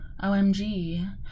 OMG